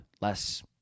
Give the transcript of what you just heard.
less